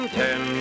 ten